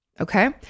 okay